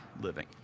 living